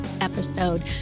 episode